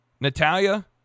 Natalia